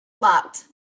Locked